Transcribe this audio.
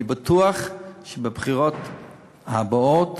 אני בטוח שבבחירות הבאות,